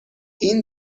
این